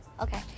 Okay